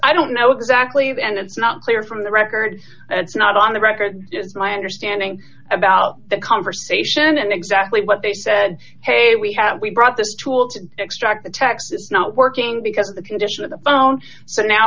i don't know exactly but and it's not clear from the record it's not on the record is my understanding about the conversation and exactly what they said hey we have we brought this tool to extract the texas not working because of the condition of the phone so now